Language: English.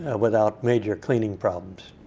ah without major cleaning problems.